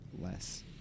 less